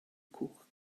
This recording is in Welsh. cwch